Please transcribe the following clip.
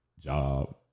job